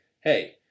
hey